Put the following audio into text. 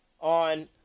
on